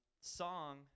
song